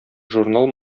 журнал